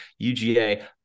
UGA